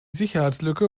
sicherheitslücke